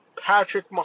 Patrick